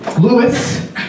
Lewis